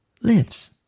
lives